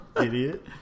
Idiot